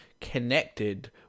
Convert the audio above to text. connected